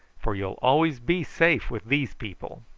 for you'll always be safe with these people.